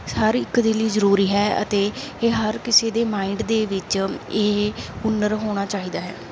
ਹਰ ਇੱਕ ਦੇ ਲਈ ਜ਼ਰੂਰੀ ਹੈ ਅਤੇ ਇਹ ਹਰ ਕਿਸੇ ਦੇ ਮਾਇੰਡ ਦੇ ਵਿੱਚ ਇਹ ਹੁਨਰ ਹੋਣਾ ਚਾਹੀਦਾ ਹੈ